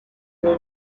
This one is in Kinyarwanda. abo